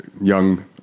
young